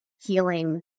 healing